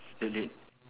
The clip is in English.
again